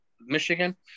Michigan